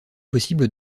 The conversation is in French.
possible